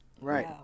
Right